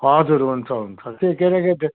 हजुर हुन्छ हुन्छ त्यही केटाकेटी